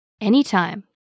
anytime